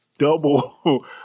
Double